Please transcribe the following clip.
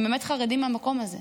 הם באמת חרדים מהמקום הזה.